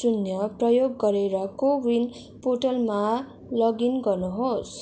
शून्य प्रयोग गरेर को विन पोर्टलमा लगइन गर्नुहोस्